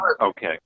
Okay